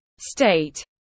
state